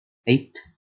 eight